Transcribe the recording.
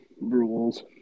rules